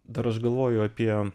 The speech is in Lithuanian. dar aš galvoju apie